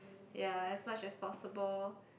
ya as much as possible